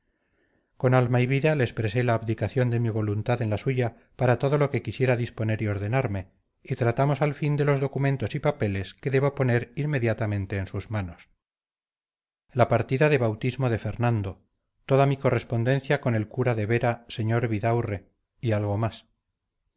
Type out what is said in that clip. con alma y vida le expresé la abdicación de mi voluntad en la suya para todo lo que quisiera disponer y ordenarme y tratamos al fin de los documentos y papeles que debo poner inmediatamente en sus manos la partida de bautismo de fernando toda mi correspondencia con el cura de vera sr vidaurre y algo más